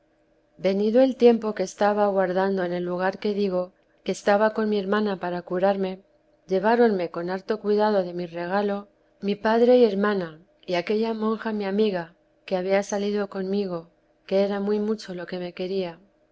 venido el tiempo que estaba aguardando en el lugar que digo que estaba con mi hermana para curarme lleváronme con harto cuidado de mi regalo mi padre y hermana y aquella monja mi amiga que había salido conmigo que era muy mucho lo que me quería